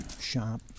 shop